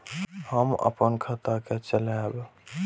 हम अपन खाता के चलाब?